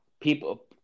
people –